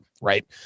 right